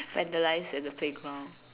vandalise at the playground